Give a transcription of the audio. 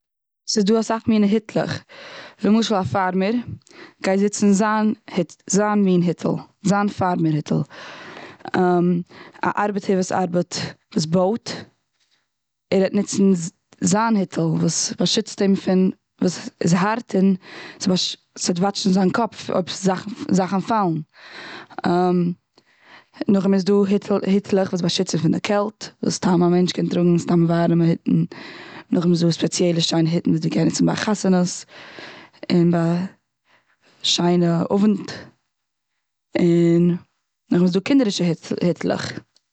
ס'איז דא אסאך מיני היטלעך. למשל א פארמער גייט ניצן זיין זיין מין היטל. זיין פארמער היטל. א ארבעטער וואס ארבעט, וואס בויט, ער וועט ניצן ז'- זיין מין היטל וואס באשיצט אים, וואס איז הארט, און ס'וועט וואטשן זיין קאפ אויב ז'- זאכן פאלן. נאכדעם איז דא היטל, היטלעך וואס באשיצן פון קעלט, וואס סתם א מענטש קען טראגן, סתם ווארעמע היטן. נאכדעם איז דא ספעציעלע שיינע היטן וואס מ'קען ניצן ביי חתונה'ס, און ביי שיינע אווענט. און, נאכדעם איז דא קינדערישע היט היטלעך.